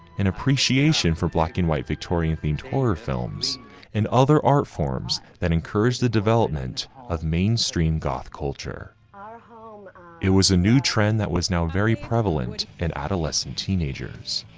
an appreciation for black and white victorian themed order films and other art forms that encourage the development of mainstream goth culture. ah um it was a new trend that was now very prevalent and adolescent teenagers.